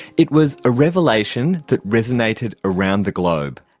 it was a revelation that resonated around the globe.